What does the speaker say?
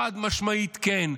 חד-משמעית כן.